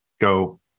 Go